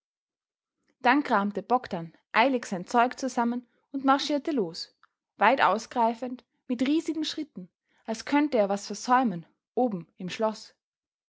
dann kramte bogdn eilig sein zeug zusammen und marschierte los weit ausgreifend mit riesigen schritten als könnte er was versäumen oben im schloß